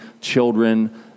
children